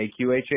AQHA